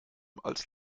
als